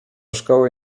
szkoły